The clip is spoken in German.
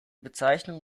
bezeichnung